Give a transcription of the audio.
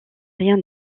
rien